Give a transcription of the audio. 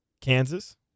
Kansas